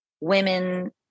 Women